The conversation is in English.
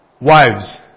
Wives